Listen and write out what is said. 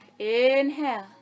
Inhale